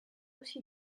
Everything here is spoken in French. aussi